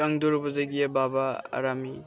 ক দরু উপজায় গিয়ে বাবা আর আমি